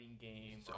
game